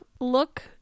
look